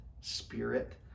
spirit